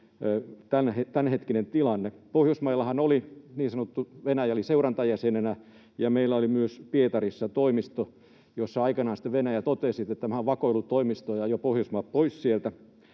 tämänhetkinen tilanne. Pohjoismaillahan oli Venäjä niin sanotusti seurantajäsenenä, ja meillä oli myös Pietarissa toimisto, josta aikanaan sitten Venäjä totesi, että tämähän on vakoilutoimisto, ja ajoi Pohjoismaat pois sieltä.